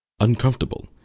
uncomfortable